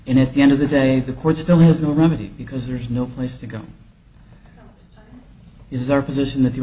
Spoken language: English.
in at the end of the day the court still has no remedy because there's no place to go is our position that